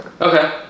Okay